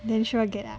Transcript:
then sure get ah